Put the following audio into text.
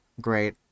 great